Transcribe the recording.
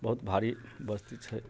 बहुत भारी बस्ती छै